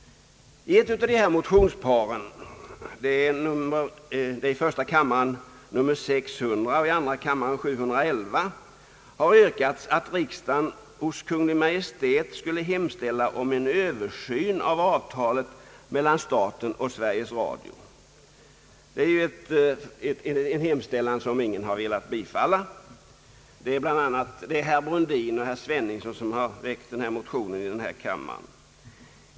I mo riksdagen hos Kungl. Maj:t skulle hemställa om en översyn av avtalet mellan staten och Sveriges Radio. Denna hemställan har utskottet inte velat tillstyrka.